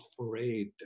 afraid